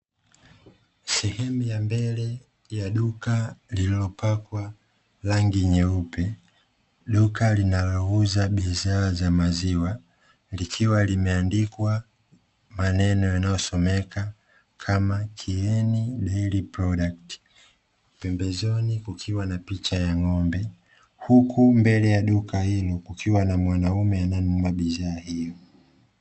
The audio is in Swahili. Sehemu ya mbele ya duka lililopakwa rangi nyeupe, duka linalouza bidhaa za maziwa likiwa limeandikwa maneno yanayosomeka kama,( Kieni dairy products). Pembezoni kukiwa na picha ya ng'ombe, huku mbele ya duka hilo, kukiwa na mwanaume anaenunua bidhaa hiyo.